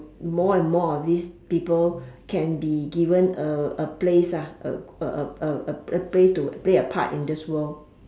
more and more of these people can be given a a place a a a a a a place to play a part in this world